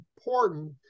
important